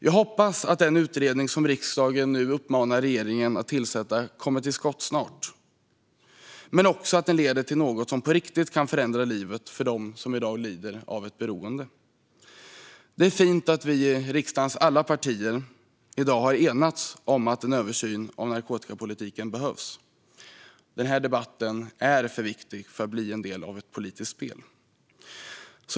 Jag hoppas att den utredning som riksdagen nu uppmanar regeringen att tillsätta kommer till skott snart men också att den leder till något som på riktigt kan förändra livet för dem som i dag lider av ett beroende. Det är fint att vi i riksdagens alla partier i dag har enats om att en översyn av narkotikapolitiken behövs. Denna debatt är för viktig för att bli en del av ett politiskt spel.